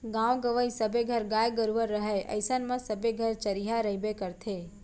गॉंव गँवई सबे घर गाय गरूवा रहय अइसन म सबे घर चरिहा रइबे करथे